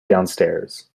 downstairs